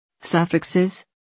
Suffixes